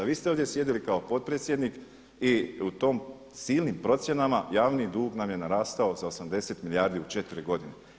Vi ste ovdje sjedili kao potpredsjednik i u tim silnim procjenama javni dug nam je narastao za 80 milijardi u 4 godine.